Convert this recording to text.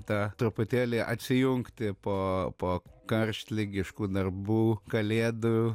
tą truputėlį atsijungti po po karštligiškų darbų kalėdų